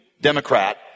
Democrat